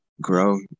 grow